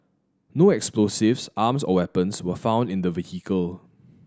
no explosives arms or weapons were found in the vehicle